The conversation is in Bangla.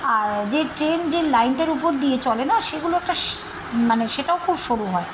আর যে ট্রেন যে লাইনটার উপর দিয়ে চলে না সেগুলো একটা মানে সেটাও খুব সরু হয়